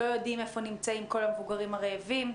לא יודעים איפה נמצאים כל המבוגרים הרעבים,